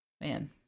Man